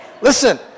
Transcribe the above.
listen